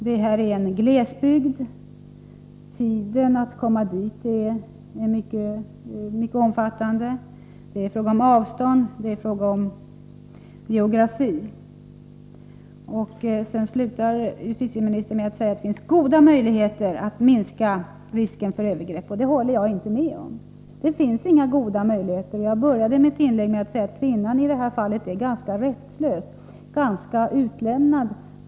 Det gäller en glesbygd, och det tar lång tid att komma dit — det är fråga om geografiska avstånd. Avslutningsvis säger justitieministern att det finns goda möjligheter att minska risken för övergrepp, och det håller jag inte med om. Det finns inga goda möjligheter härvidlag. Jag började mitt inlägg med att säga att kvinnan i det här fallet är ganska rättslös, ganska utlämnad.